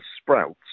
sprouts